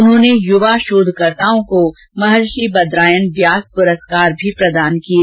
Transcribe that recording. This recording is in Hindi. उन्होंने युवा शोधकर्ताओं को महर्षि बद्रायन व्यास पुरस्कार भी प्रदान किये